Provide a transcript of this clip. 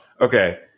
Okay